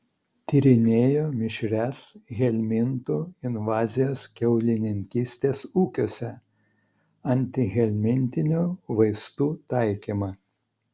tyrinėjo mišrias helmintų invazijas kiaulininkystės ūkiuose antihelmintinių vaistų taikymą